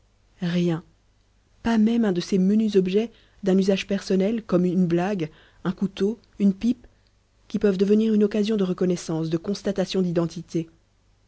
rien pas même un de ces menus objets d'un usage personnel comme une blague un couteau une pipe qui peuvent devenir une occasion de reconnaissance de constatation d'identité